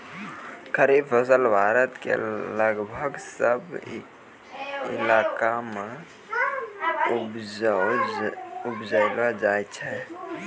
खरीफ फसल भारत के लगभग सब इलाका मॅ उपजैलो जाय छै